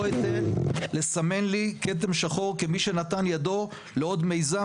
לא אתן לסמן לי כתם שחור כמי שנתן ידו לעוד מיזם